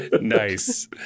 Nice